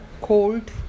cold